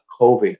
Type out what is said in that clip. COVID